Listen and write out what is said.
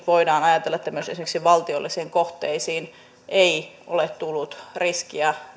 voidaan ajatella että esimerkiksi valtiollisiin kohteisiin ei ole tullut riskiä